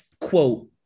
quote